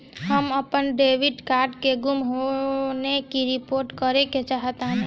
हम अपन debit card के गुम होने की रिपोर्ट करे चाहतानी